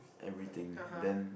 everything then